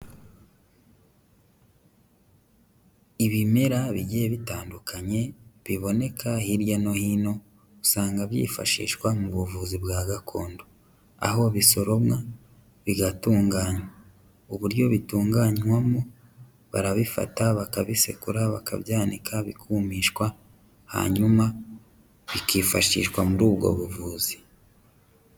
Ibimera bigiye bitandukanye biboneka hirya no hino, usanga byifashishwa mu buvuzi bwa gakondo, aho bisoromwa bigatunganywa. Uburyo bitunganywamo barabifata, bakabisekura, bakabyanika, bikumishwa, hanyuma bikifashishwa muri ubwo buvuzi.